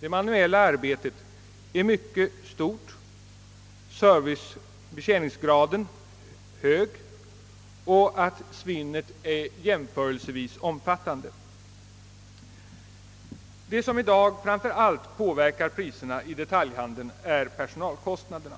det manuella arbetet är mycket stort, petjäningsgraden hög och svinnet jämförelsevis omfattande. Det som i dag framför allt påverkar priserna i detaljhandeln är personalkostnaderna.